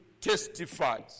testifies